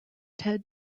ted